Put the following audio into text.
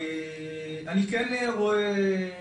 רואה,